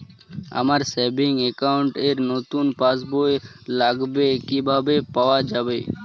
আমার savings account র নতুন পাসবই লাগবে কিভাবে পাওয়া যাবে?